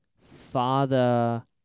father